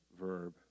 verb